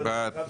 מי בעד?